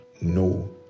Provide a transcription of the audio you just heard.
no